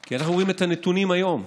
כי אנחנו רואים את הנתונים היום,